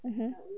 mmhmm